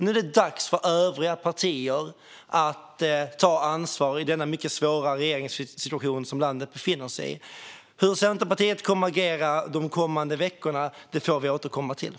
Nu är det dags för övriga partier att ta ansvar i den mycket svåra regeringssituation som landet befinner sig i. Hur Centerpartiet kommer att agera de kommande veckorna får vi återkomma till.